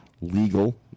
legal